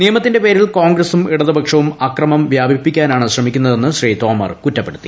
നിയമത്തിന്റെ പേരിൽ കോൺഗ്രസും ഇടതുപക്ഷവും ആക്രമം വ്യാപിപ്പിക്കാനാണ് ശ്രമിക്കുന്നതെന്ന് ശ്രീ തോമർ കുറ്റ്പ്പെടുത്തി